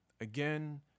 Again